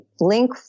link